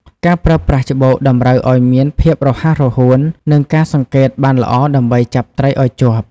ការប្រើប្រាស់ច្បូកតម្រូវឲ្យមានភាពរហ័សរហួន និងការសង្កេតបានល្អដើម្បីចាប់ត្រីឲ្យជាប់។